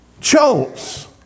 chose